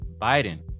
Biden